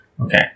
Okay